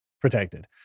protected